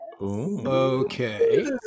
okay